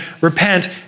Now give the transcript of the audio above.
Repent